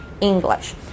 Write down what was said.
English